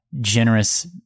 generous